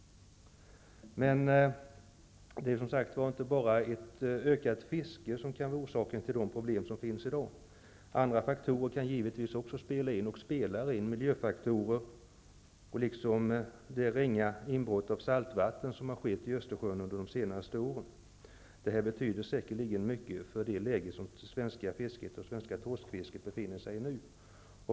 Men det är inte bara ett ökat fiske som kan vara orsaken till de problem som finns i dag. Andra faktorer kan också spela in och spelar in. Miljöfaktorer liksom det ringa inbrott av saltvatten som har skett i Östersjön under de senaste åren betyder säkerligen mycket för det läge som det svenska fisket och det svenska torskfisket befinner sig i nu.